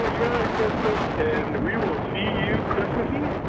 ah merry christmas and we will see you christmas eve